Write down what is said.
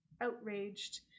outraged